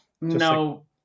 No